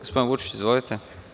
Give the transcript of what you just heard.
Gospodine Vučiću, izvolite.